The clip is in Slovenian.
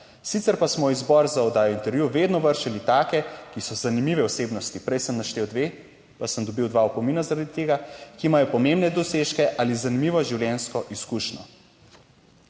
Sicer pa smo v izbor za oddajo Intervju vedno vršili take, ki so zanimive osebnosti…" - prej sem naštel dve, pa sem dobil dva opomina zaradi tega, - "…ki imajo pomembne dosežke ali zanimivo življenjsko izkušnjo."